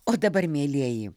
o dabar mielieji